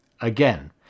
Again